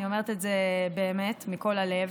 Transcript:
אני אומרת את זה באמת מכל הלב,